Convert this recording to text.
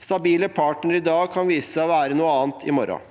Stabile partnere i dag kan vise seg å være noe annet i morgen.